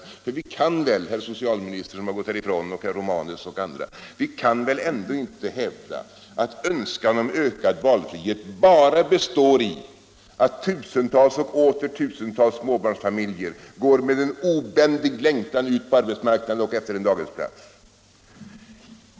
Vi kan väl, vill jag säga till herr socialministern, som har gått härifrån, herr Romanus och andra, inte hävda att en önskan om ökad valfrihet bara består i att tusentals och åter tusentals småbarnsfamiljer går med en obändig längtan ut på arbetsmarknaden och efter en daghemsplats?